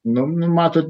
nu matot